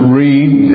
read